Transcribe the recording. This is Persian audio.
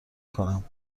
کنم